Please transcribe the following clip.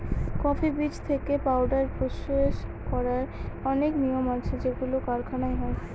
coffee বীজ থেকে powder process করার অনেক নিয়ম আছে যেগুলো কারখানায় হয়